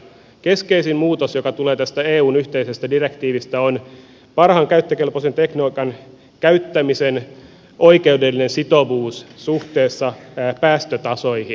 keskeisin muutos joka tulee tästä eun yhteisestä direktiivistä on parhaan käyttökelpoisen teknologian käyttämisen oikeudellinen sitovuus suhteessa päästötasoihin